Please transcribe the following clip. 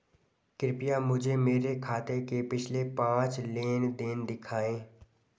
कृपया मुझे मेरे खाते के पिछले पांच लेन देन दिखाएं